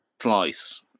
Slice